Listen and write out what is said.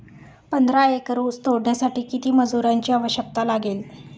पंधरा एकर ऊस तोडण्यासाठी किती मजुरांची आवश्यकता लागेल?